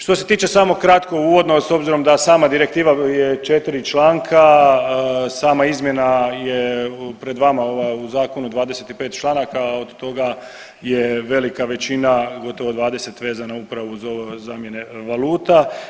Što se tiče samo kratko uvodno s obzirom da sama direktiva je 4 članka, sama izmjena je pred vama ova u zakonu 25 članaka od toga je velika većina gotovo 20 vezana upravo uz ove zamjene valuta.